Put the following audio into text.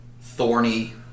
thorny